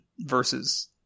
versus